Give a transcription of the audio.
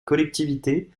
collectivités